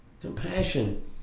Compassion